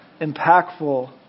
impactful